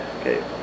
Okay